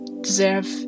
deserve